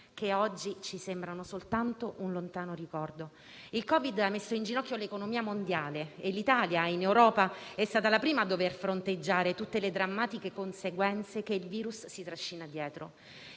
che oggi ci sembrano soltanto un lontano ricordo. Il Covid ha messo in ginocchio l'economia mondiale e l'Italia in Europa è stata la prima a dover fronteggiare tutte le drammatiche conseguenze che il virus si trascina dietro.